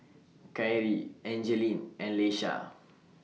Kyrie Angeline and Leisha